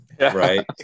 right